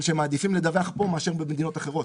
שהם מעדיפים לדווח פה מאשר במדינות אחרות.